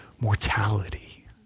mortality